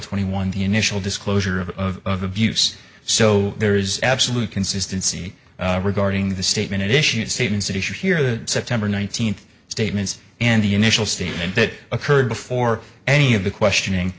twenty one the initial disclosure of abuse so there is absolute consistency regarding the statement issued statements issued here the september nineteenth statements and the initial statement that occurred before any of the questioning